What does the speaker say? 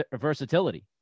versatility